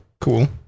cool